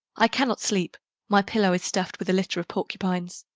i cannot sleep my pillow is stuffed with a litter of porcupines.